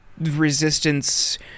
resistance